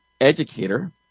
educator